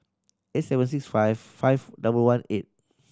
eight seven six five five double one eight